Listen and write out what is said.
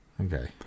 Okay